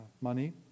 money